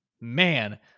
man